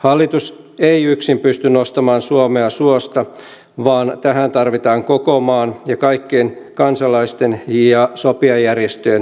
hallitus ei yksin pysty nostamaan suomea suosta vaan tähän tarvitaan koko maan ja kaikkien kansalaisten ja sopijajärjestöjenkin tukea